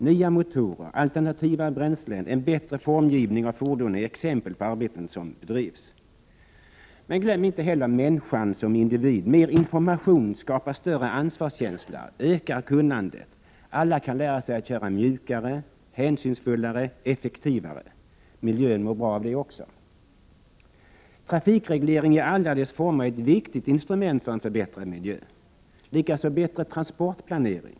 Nya motorer, alternativa bränslen och en bättre formgivning av fordonen är exempel på det arbete som bedrivs. Glöm inte heller människan som individ! Mer information skapar större ansvarskänsla och ökar kunnandet — alla kan lära sig att köra mjukare, hänsynsfullare och effektivare. Miljön mår bra av det också. Trafikreglering i alla dess former är ett viktigt instrument för förbättrad miljö, likaså bättre transportplanering.